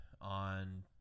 on